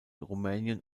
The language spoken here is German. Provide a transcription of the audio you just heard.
rumänien